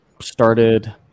started